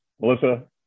Melissa